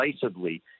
decisively